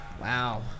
wow